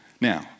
Now